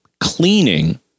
cleaning